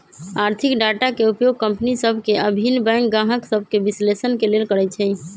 आर्थिक डाटा के उपयोग कंपनि सभ के आऽ भिन्न बैंक गाहक सभके विश्लेषण के लेल करइ छइ